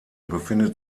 befindet